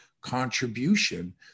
contribution